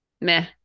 meh